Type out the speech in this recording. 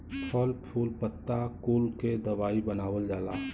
फल फूल पत्ता कुल के दवाई बनावल जाला